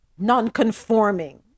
non-conforming